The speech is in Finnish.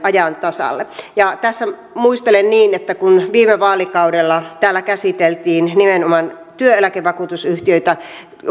ajan tasalle tässä muistelen niin että kun viime vaalikaudella täällä käsiteltiin nimenomaan työeläkevakuutusyhtiöitä